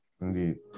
indeed